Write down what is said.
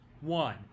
one